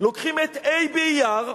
לוקחים את ה' באייר,